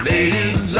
Ladies